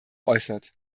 äußert